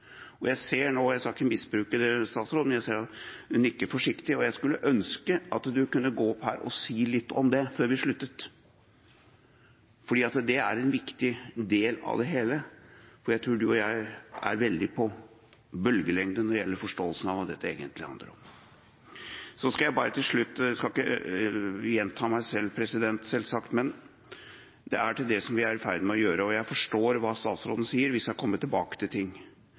sosiallovgivning. Jeg skal ikke misbruke det, men jeg ser nå at statsråden nikker forsiktig. Jeg skulle ønske at han kunne gå opp her og si litt om det før vi avslutter, for det er en viktig del av det hele. Jeg tror statsråden og jeg er veldig på bølgelengde når det gjelder forståelsen av hva dette egentlig handler om. Så skal jeg bare til slutt – jeg skal ikke gjenta meg selv, selvsagt – si noe om det som vi er i ferd med å gjøre. Jeg forstår hva statsråden sier, om at vi skal komme tilbake til ting.